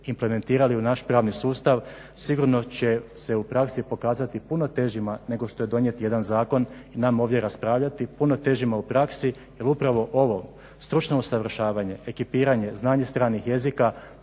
implementirali u naš pravni sustav sigurno će se u praksi pokazati puno težima nego što je donijeti jedan zakon i nama ovdje raspravljati, puno težima u praksi jer upravo ovo stručno usavršavanje, ekipiranje, znanje stranih jezika